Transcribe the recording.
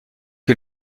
qui